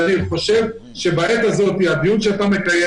אני חושב שבעת הזאת הדיון שאתה מקיים